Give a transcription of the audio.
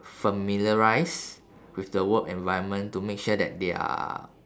familiarised with the work environment to make sure that they are